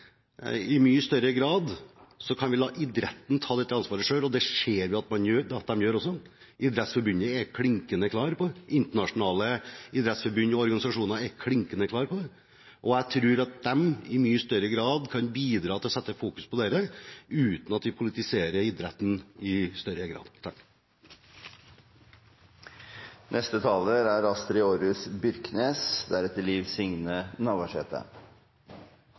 i mye større grad kan la idretten ta dette ansvaret selv, og det ser vi at den gjør også. Idrettsforbundet, internasjonale idrettsforbund og internasjonale organisasjoner er klinkende klar på dette, og jeg tror at de i mye større grad kan bidra til å sette fokus på dette, uten at vi politiserer idretten i større grad. Demokratiet og menneskerettane representerer grunnleggande verdiar. Dei er